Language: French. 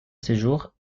séjour